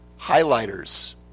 highlighters